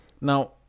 Now